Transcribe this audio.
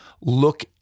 Look